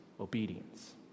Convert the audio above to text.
obedience